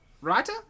writer